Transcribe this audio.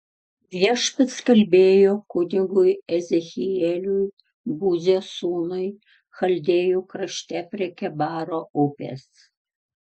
viešpats kalbėjo kunigui ezechieliui buzio sūnui chaldėjų krašte prie kebaro upės